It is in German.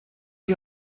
die